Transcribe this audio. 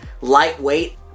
lightweight